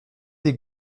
des